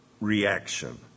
reaction